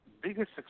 biggest